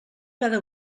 cada